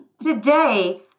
Today